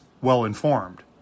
well-informed